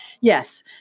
Yes